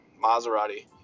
Maserati